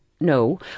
no